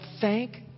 thank